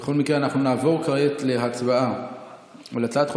בכל מקרה אנחנו נעבור כעת להצבעה על הצעת חוק